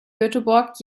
göteborg